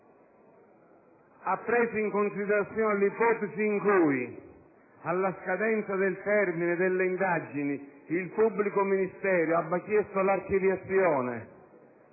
Ha preso in considerazione l'ipotesi in cui, alla scadenza del termine delle indagini, il pubblico ministero chieda l'archiviazione,